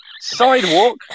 Sidewalk